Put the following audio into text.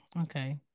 okay